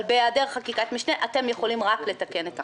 אבל בהיעדר חקיקת משנה אתם יכולים רק לתקן את החוק.